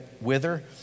wither